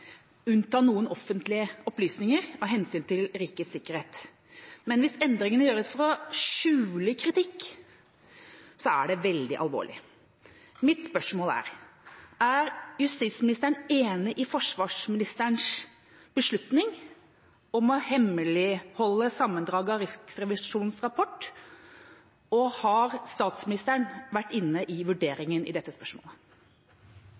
unnta noen offentlige opplysninger av hensyn til rikets sikkerhet, men hvis endringene gjøres for å skjule kritikk, er det veldig alvorlig. Mitt spørsmål er: Er justis- og beredskapsministeren enig i forsvarsministerens beslutning om å hemmeligholde sammendraget av Riksrevisjonens rapport, og har statsministeren vært inne i